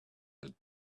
had